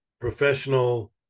professional